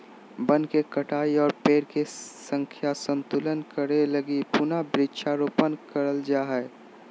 वन के कटाई और पेड़ के संख्या संतुलित करे लगी पुनः वृक्षारोपण करल जा हय